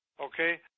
Okay